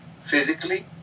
physically